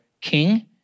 King